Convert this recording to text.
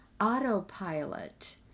autopilot